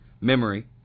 memory